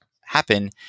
happen